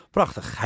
Prachtig